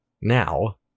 now